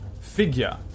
figure